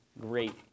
great